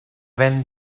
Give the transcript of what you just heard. when